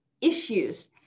issues